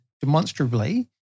demonstrably